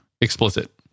explicit